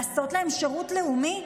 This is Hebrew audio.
לעשות להם שירות לאומי?